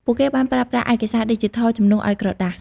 ពួកគេបានប្រើប្រាស់ឯកសារឌីជីថលជំនួសឱ្យក្រដាស។